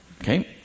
Okay